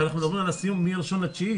רק אנחנו מדברים על הסיום מתאריך אחד בספטמבר.